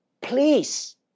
please